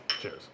Cheers